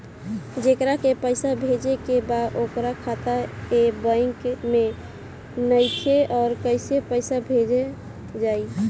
जेकरा के पैसा भेजे के बा ओकर खाता ए बैंक मे नईखे और कैसे पैसा भेजल जायी?